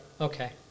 okay